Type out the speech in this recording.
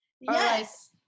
yes